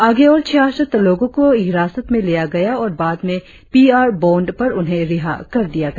आगे और छियासठ लोगों को हिरासत में लिया गया और बाद में पी आर बॉन्ड पर उन्हें रिहा कर दिया गया